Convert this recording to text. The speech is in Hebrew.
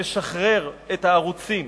שמשחרר בסופו של דבר את הערוצים